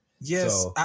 Yes